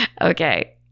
Okay